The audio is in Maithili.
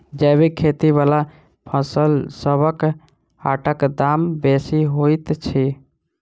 जैबिक खेती बला फसलसबक हाटक दाम बेसी होइत छी